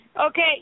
Okay